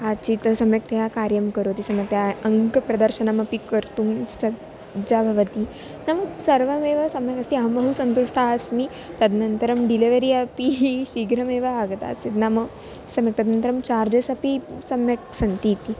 काचित् सम्यक्तया कार्यं करोति सम्यक्तया अङ्कप्रदर्शनमपि कर्तुं सज्जता भवति नाम सर्वमेव सम्यकस्ति अहं बहु सन्तुष्टा अस्मि तदनन्तरं डिलेवरि अपि शीघ्रमेव आगतासीत् नाम सम्यक् अनन्तरं चार्जस् अपि सम्यक् सन्ति इति